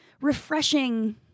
refreshing